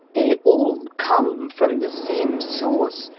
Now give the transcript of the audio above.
they all come from the same source,